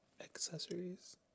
Accessories